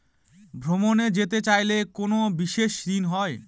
ভ্রমণে যেতে চাইলে কোনো বিশেষ ঋণ হয়?